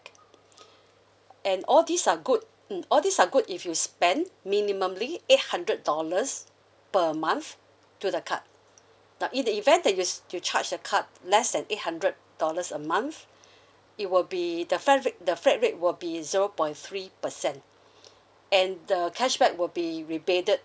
and all these are good mm all these are good if you spend minimally eight hundred dollars per month to the card but in the event that you you charge the card less than eight hundred dollars a month it will be the flat rate the flat rate will be zero point three percent and the cashback will be rebated